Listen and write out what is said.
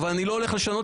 אבל אני לא הולך לשנות,